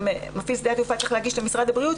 ומפעיל שדה תעופה צריך להגיש למשרד הבריאות,